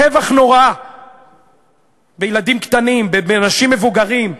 טבח נורא בילדים קטנים ובאנשים מבוגרים,